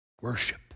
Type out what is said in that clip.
worship